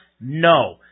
No